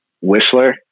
Whistler